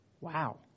Wow